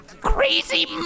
Crazy